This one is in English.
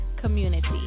Community